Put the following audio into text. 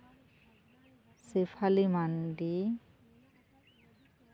ᱥᱤᱯᱷᱟᱞᱤ ᱢᱟᱱᱰᱤ